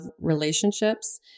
relationships